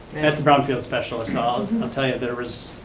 had some problem field specialist. um i'll tell you if there was.